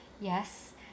Yes